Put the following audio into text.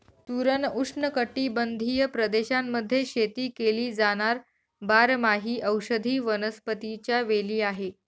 सुरण उष्णकटिबंधीय प्रदेशांमध्ये शेती केली जाणार बारमाही औषधी वनस्पतीच्या वेली आहे